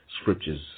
scriptures